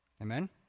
amen